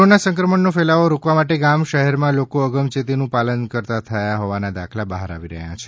corona સંક્રમણનો ફેલાવો રોકવા માટે ગામ શહેરમાં લોકો અગમચેતીનું પાલન કરતાં થયા હોવાના દાખલા બહાર આવી રહ્યા છે